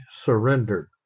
surrendered